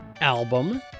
album